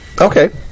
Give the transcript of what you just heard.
Okay